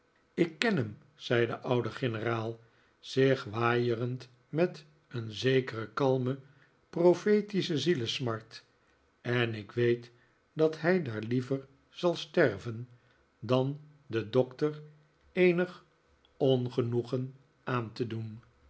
ik ken hem zei de oude generaal zich waaierend met een zekere kalme profetische zielesmart en ik weet dat hij daar liever zal sterven dan den doctor eenig ongenoegen aan te doen